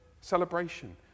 celebration